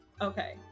Okay